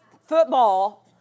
football